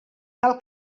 cal